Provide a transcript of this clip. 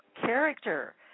character